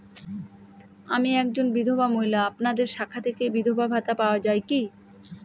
আমি একজন বিধবা মহিলা আপনাদের শাখা থেকে বিধবা ভাতা পাওয়া যায় কি?